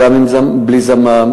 גם עם זמם וגם בלי זמם,